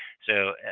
so,